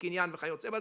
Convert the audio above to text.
קניין וכיוצ"ב,